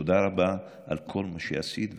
ותודה רבה על כל מה שעשית ותעשי.